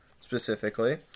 specifically